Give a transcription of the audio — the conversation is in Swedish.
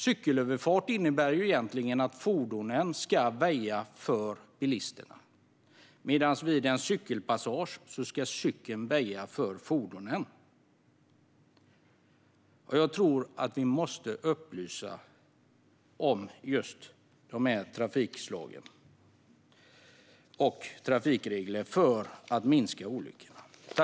Cykelöverfart innebär egentligen att fordonen ska väja för cyklister, medan det vid en cykelpassage är cyklisterna som ska väja för fordonen. Jag tror att vi måste upplysa om trafikreglerna för dessa trafikslag, för att minska olyckorna.